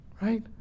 right